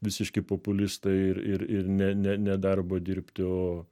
visiški populistai ir ir ne ne ne darbo dirbti o